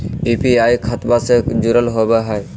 UPI खतबा से जुरल होवे हय?